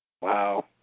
Wow